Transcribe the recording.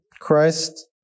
Christ